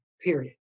Period